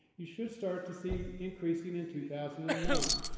you should start to see increasing in two thousand and nine.